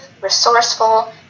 resourceful